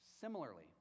Similarly